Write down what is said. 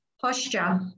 posture